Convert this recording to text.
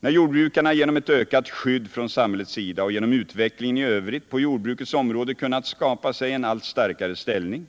När jordbrukarna genom ett ökat skydd från samhällets sida och genom utvecklingen i övrigt på jordbrukets område kunnat skapa sig en allt starkare ställning,